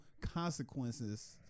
consequences